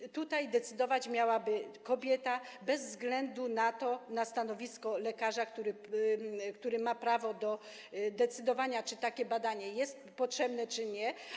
I tutaj decydować miałaby kobieta bez względu na stanowisko lekarza, który ma prawo do decydowania, czy takie badanie jest potrzebne, czy nie.